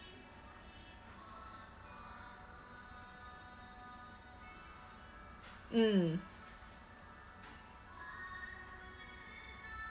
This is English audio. mm